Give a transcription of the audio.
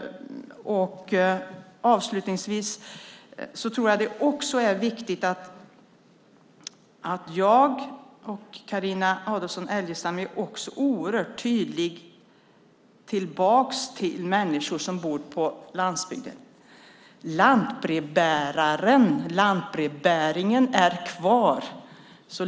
Avslutningsvis vill jag säga att det är viktigt att jag och Carina Adolfsson Elgestam är tydliga inför människor som bor på landsbygden. Lantbrevbäringen finns kvar.